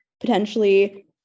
potentially